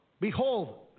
behold